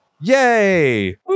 Yay